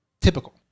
typical